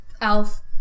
Elf